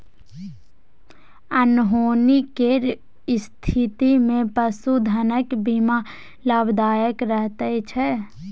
अनहोनी केर स्थितिमे पशुधनक बीमा लाभदायक रहैत छै